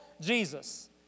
Jesus